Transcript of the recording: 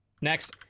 Next